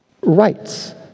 rights